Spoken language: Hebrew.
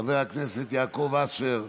חבר הכנסת יעקב אשר,